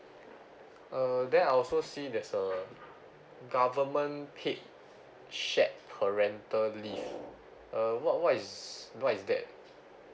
uh then I also see that's uh government paid shared parental leave uh what what is what is that